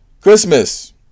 christmas